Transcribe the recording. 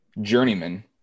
journeyman